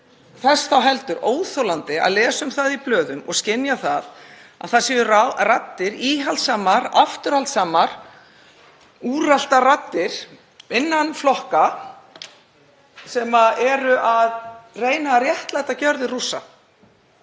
Þess þá heldur er óþolandi að lesa um það í blöðum og skynja að það séu raddir, íhaldssamar, afturhaldssamar, úreltar raddir innan flokka sem eru að reyna að réttlæta gjörðir Rússa